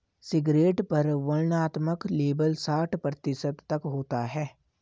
cigarette पर वर्णनात्मक label साठ प्रतिशत तक होता है